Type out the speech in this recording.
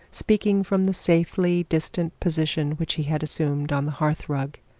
speaking from the safely distant position which he had assumed on the hearth-rug.